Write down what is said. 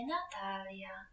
Natalia